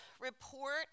report